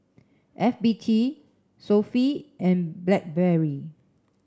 F B T Sofy and Blackberry